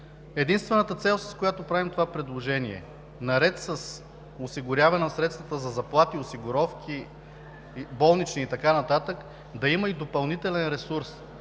Единствената цел, с която правим това предложение, наред с осигуряване на средствата за заплати и осигуровки, болнични и така нататък, е да има и допълнителен ресурс,